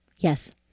Yes